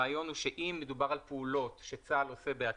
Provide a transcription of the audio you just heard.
הרעיון הוא שאם מדובר על פעולות שצבא הגנה לישראל עושה בעצמו,